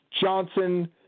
Johnson